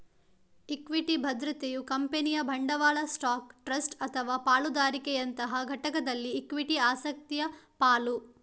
equity ಭದ್ರತೆಯು ಕಂಪನಿಯ ಬಂಡವಾಳ ಸ್ಟಾಕ್, ಟ್ರಸ್ಟ್ ಅಥವಾ ಪಾಲುದಾರಿಕೆಯಂತಹ ಘಟಕದಲ್ಲಿ ಇಕ್ವಿಟಿ ಆಸಕ್ತಿಯ ಪಾಲು